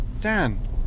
Dan